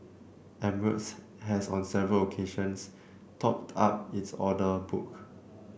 emirates has on several occasions topped up its order book